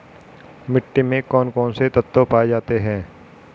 मिट्टी में कौन कौन से तत्व पाए जाते हैं?